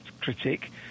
critic